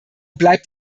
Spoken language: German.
bleibt